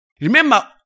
Remember